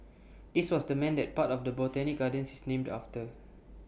this was the man that part of the Botanic gardens is named after